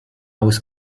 was